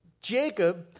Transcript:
Jacob